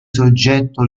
soggetto